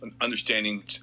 understanding